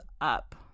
up